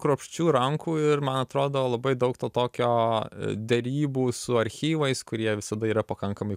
kruopščių rankų ir man atrodo labai daug to tokio derybų su archyvais kurie visada yra pakankamai